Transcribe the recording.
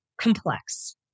complex